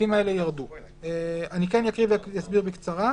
אני אקרא ואסביר בקצרה.